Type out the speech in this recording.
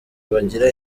bagira